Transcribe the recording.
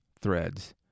threads